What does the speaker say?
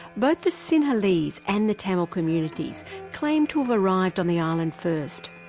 both the sinhalese and the tamil communities claim to have arrived on the island first.